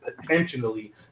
potentially